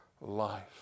life